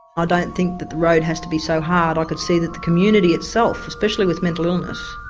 ah don't think that the road has to be so hard. i could see that the community itself, especially with mental illness,